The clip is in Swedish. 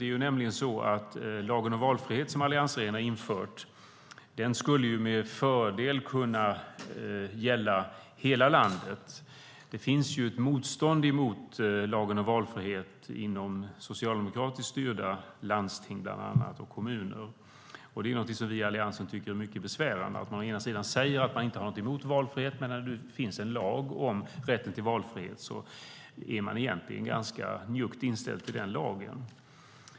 Det är nämligen så att lagen om valfrihet, som alliansregeringen har infört, med fördel skulle kunna gälla hela landet. Det finns ett motstånd mot lagen om valfrihet inom bland annat socialdemokratiskt styrda landsting och kommuner. Det är någonting som vi i Alliansen tycker är mycket besvärande, att man säger att man inte har någonting emot valfrihet, men när det nu finns en lag om rätten till valfrihet har man egentligen en ganska njugg inställning till den lagen.